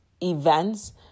events